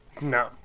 No